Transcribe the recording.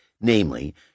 namely